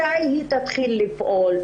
מתי היא תתחיל לפעול.